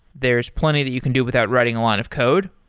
there's plenty that you can do without writing a lot of code,